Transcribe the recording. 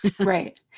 Right